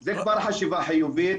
שזה כבר חשיבה חיובית